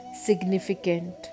significant